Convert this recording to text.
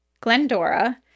Glendora